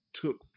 Took